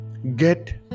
Get